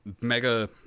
mega